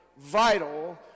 vital